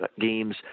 games